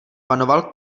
panoval